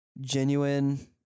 Genuine